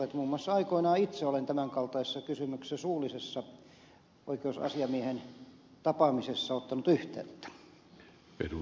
muun muassa aikoinaan itse olen tämän kaltaisessa kysymyksessä oikeusasiamiehen suullisessa tapaamisessa ottanut yhteyttä